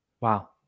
Wow